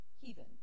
heathen